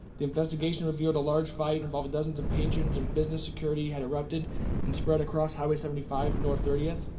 the investigation revealed a large fight involving dozens of patrons and business security had erupted and spread across highway seventy five and north thirtieth.